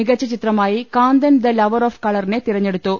മികച്ച ചിത്രമായി Kanthan the lover of colour നെ തിരഞ്ഞെ ടുത്തു